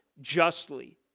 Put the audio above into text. justly